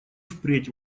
впредь